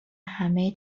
همه